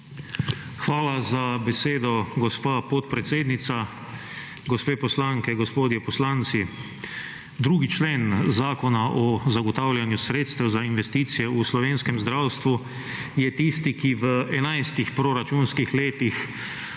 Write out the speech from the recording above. Hvala za besedo, gospa podpredsednica. Gospe poslanke, gospodje poslanci. 2. člen Zakona o zagotavljanju sredstev za investicije v slovenskem zdravstvu je tisti, ki v enajstih proračunskih letih